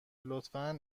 لطفا